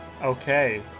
Okay